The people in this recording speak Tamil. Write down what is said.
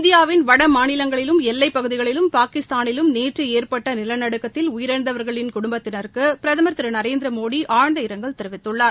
இந்தியாவின் வடமாநிலங்களிலும் எல்லைப்பகுதிகளிலும் பாகிஸ்தானிலும் நேற்று ஏற்பட்ட நிலநடுக்கத்தில் உயிரிழந்தவர்களின் குடும்பத்தினருக்கு பிரதம் திரு நரேந்திரமோடி ஆழ்ந்த இரங்கல் தெரிவித்துள்ளார்